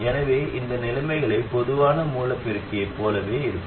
எனவே இந்த நிலைமைகள் பொதுவான மூல பெருக்கியைப் போலவே இருக்கும்